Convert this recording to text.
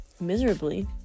miserably